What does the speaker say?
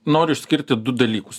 noriu išskirti du dalykus